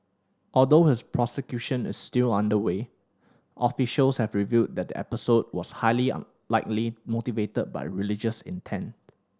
although his prosecution is still underway officials have revealed that the episode was highly likely motivated by religious intent